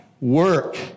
work